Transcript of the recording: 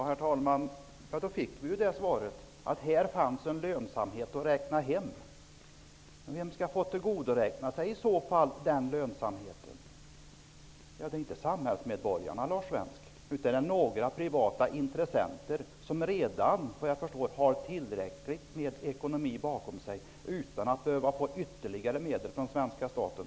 Herr talman! Ja, då fick vi alltså svaret att man här kan räkna med lönsamhet. Vem skall i så fall få tillgodoräkna sig den lönsamheten? Inte samhällsmedborgarna, Lars Svensk, utan några privata intressenter, som enligt vad jag förstår redan har tillräckligt med ekonomiska resurser bakom sig utan att behöva få ytterligare medel från svenska staten.